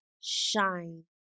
shine